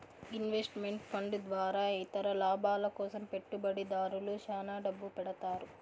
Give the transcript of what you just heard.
invest meant fund ద్వారా ఇతర లాభాల కోసం పెట్టుబడిదారులు శ్యాన డబ్బు పెడతారు